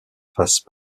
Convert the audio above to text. face